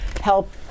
help